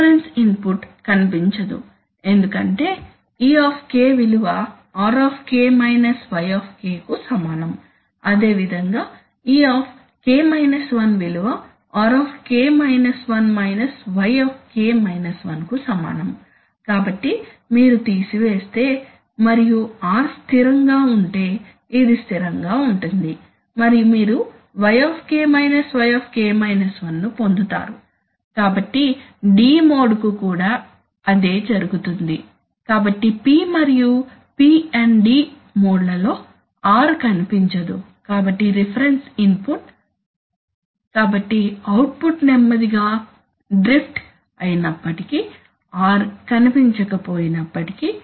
reference input కనిపించదు ఎందుకంటే e విలువ r మైనస్ y కు సమానం అదేవిధంగా e విలువ r మైనస్ y కు సమానం కాబట్టి మీరు తీసివేస్తేమరియు r స్థిరంగా ఉంటే ఇది స్థిరంగా ఉంటుంది మరియు మీరు y మైనస్ y ను పొందుతారు కాబట్టి D మోడ్కు కూడా అదే జరుగుతుంది కాబట్టి P మరియు PD మోడ్ల లో r కనిపించదు కాబట్టి రిఫరెన్స్ ఇన్పుట్ కాబట్టి అవుట్పుట్ నెమ్మదిగా డ్రిఫ్ట్ అయినప్పటికీ r కనిపించకపోయినప్పటికీ